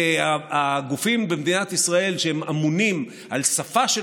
שהגופים במדינת ישראל שאמונים על שפה של